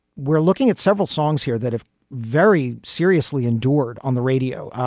we're looking at several songs here that have very seriously endured on the radio.